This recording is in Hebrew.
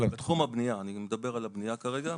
בתחום הבנייה, אני מדבר על הבנייה כרגע.